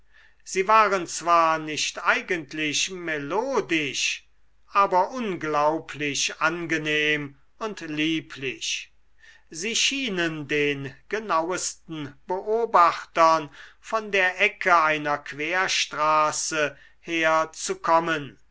sie waren zwar nicht eigentlich melodisch aber unglaublich angenehm und lieblich sie schienen den genauesten beobachtern von der ecke einer querstraße her